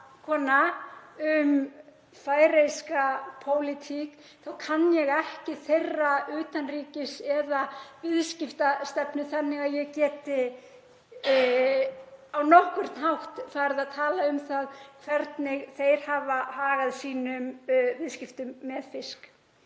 um færeyska pólitík þá kann ég ekki þeirra utanríkis- eða viðskiptastefnu þannig að ég geti á nokkurn hátt farið að tala um það hvernig þeir hafa hagað sínum viðskiptum með fisk.